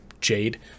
Jade